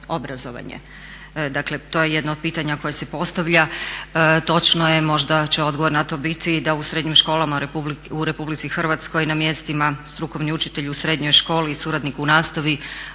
obrazovanje. Dakle, to je jedno od pitanja koje se postavlja. Točno je, možda će odgovor na to biti da u srednjim školama u RH na mjestima strukovni učitelj u srednjoj školi i suradnik u nastavi